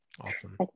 Awesome